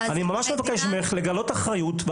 אני ממש מבקש ממך לגלות אחריות.